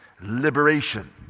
Liberation